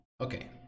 Okay